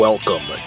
Welcome